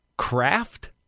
craft